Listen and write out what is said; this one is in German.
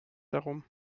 darum